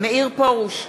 מאיר פרוש,